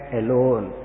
alone